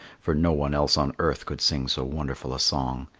for no one else on earth could sing so wonderful a song.